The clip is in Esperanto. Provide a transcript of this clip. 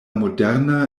moderna